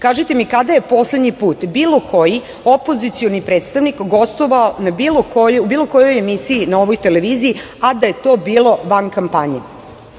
Kažite mi kada je poslednji put bilo koji opozicioni predstavnik gostovao na bilo kojoj emisiji, na ovoj televiziji, a da je to bilo van kampanje.Zašto